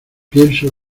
pienso